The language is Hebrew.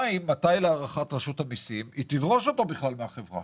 מתי להערכת רשות המסים היא תדרוש אותו בכלל מהחברה?